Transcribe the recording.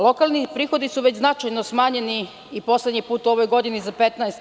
Lokalni prihodi su već značajno smanjeni poslednji put u ovoj godini za 15%